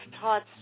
taught